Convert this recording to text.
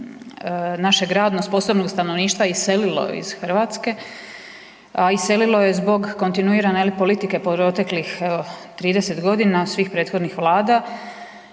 našeg radno sposobnog stanovništva iselilo iz Hrvatske, a iselilo je zbog kontinuirane politike proteklih 30 godina, od svih prethodnih vlada,